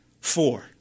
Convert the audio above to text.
four